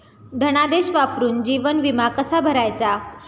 धनादेश वापरून जीवन विमा कसा भरायचा?